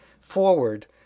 forward